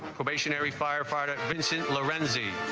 stationary firefighter vincent lorenzi